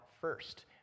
first